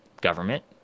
government